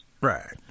Right